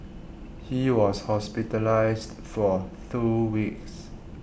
he was hospitalised for two weeks